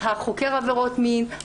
החוקר עבירות מין,